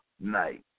night